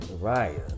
Right